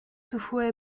houphouët